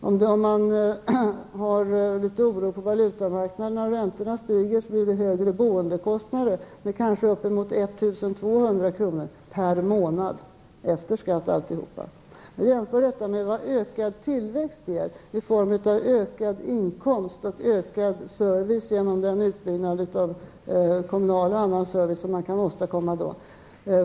Om man har litet oro på valutamarknaden och räntorna stiger blir det högre boendekostnader med kanske uppemot 1 200 kr. per månad, allt räknat efter skatt. Man kan jämföra detta med vad ökad tillväxt ger i form av ökad inkomst och ökad service, genom den utbyggnad av kommunal och annan service som man kan åstadkomma då.